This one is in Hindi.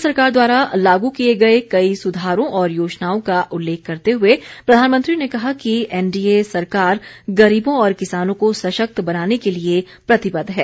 केन्द्र सरकार द्वारा लागू किए गए कई सुधारों और योजनाओं का उल्लेख करते हुए प्रधानमंत्री ने कहा कि एनडीए सरकार गरीबों और किसानों को सशक्त बनाने के लिए प्रतिबद्ध है